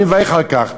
אני מברך על כך,